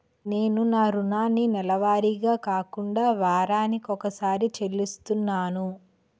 నేను నా రుణాన్ని నెలవారీగా కాకుండా వారాని కొక్కసారి చెల్లిస్తున్నాను